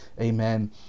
amen